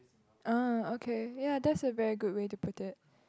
uh okay ya that's a very good way to put it